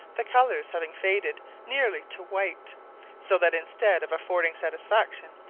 the colours having faded nearly to white so that instead of affording satisfaction,